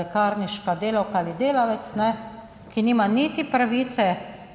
lekarniška delavka ali delavec, ki nima niti pravice